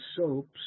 soaps